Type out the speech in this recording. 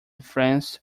france